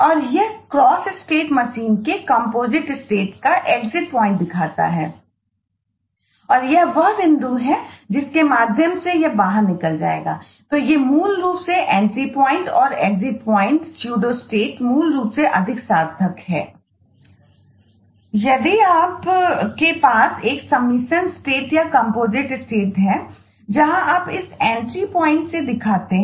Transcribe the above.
और यह cross state machine से बाहर जाते हैं